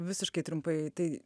visiškai trumpai tai